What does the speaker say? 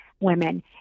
women